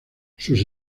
sus